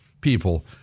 people